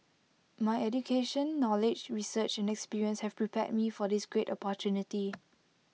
my education knowledge research and experience have prepared me for this great opportunity